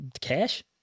Cash